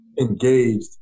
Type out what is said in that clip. engaged